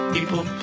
People